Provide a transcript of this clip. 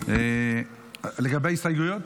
לגבי ההסתייגויות?